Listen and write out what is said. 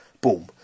boom